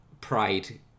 pride